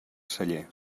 celler